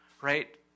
Right